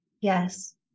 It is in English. Yes